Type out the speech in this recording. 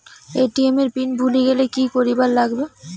ATM এর pin ভুলি গেলে কি করিবার লাগবে?